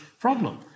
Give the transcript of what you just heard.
problem